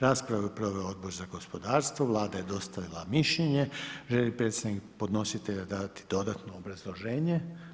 Raspravu je proveo Odbor za gospodarstvo, Vlada je dostavila mišljenje, želi li predstavnik podnositelja dati dodatno obrazloženje?